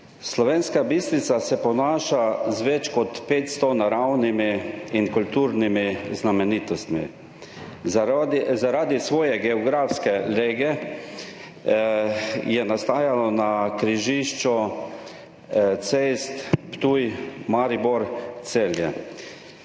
Slovenska Bistrica se ponaša z več kot 500 naravnimi in kulturnimi znamenitostmi. Zaradi svoje geografske lege je nastajala na križišču cest Ptuj, Maribor, Celje.